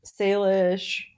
Salish